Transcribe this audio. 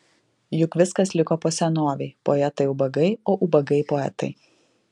juk viskas liko po senovei poetai ubagai o ubagai poetai